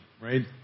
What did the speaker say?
right